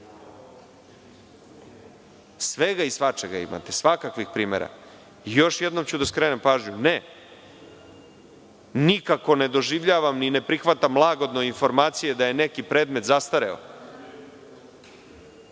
Svega i svačega imate, svakakvih primera. Još jednom ću da skrenem pažnju, ne, nikako ne doživljavam i ne prihvatam lagodno informacije da je neki predmet zastareo,